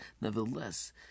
Nevertheless